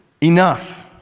enough